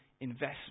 investment